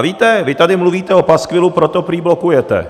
Víte, vy tady mluvíte o paskvilu, proto ho prý blokujete.